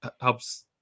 helps